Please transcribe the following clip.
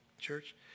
Church